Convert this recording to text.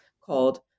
called